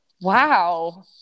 wow